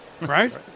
right